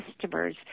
customers